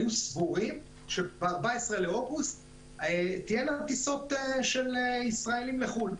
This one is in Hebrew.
היו סבורים שב-14 באוגוסט יהיו כבר טיסות של ישראלים לחו"ל.